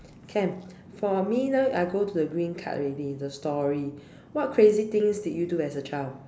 can for me now I go to the green card already the story what crazy things did you do as a child